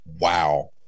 Wow